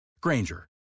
Granger